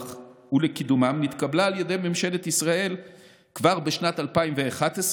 ולקידומם נתקבלה על ידי ממשלת ישראל כבר בשנת 2011,